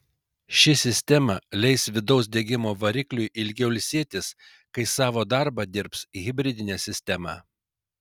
ši sistema leis vidaus degimo varikliui ilgiau ilsėtis kai savo darbą dirbs hibridinė sistema